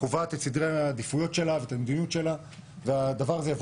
קובעת את סדרי העדיפויות שלה ואת המדיניות שלה והדבר הזה יבוא